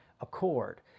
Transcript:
accord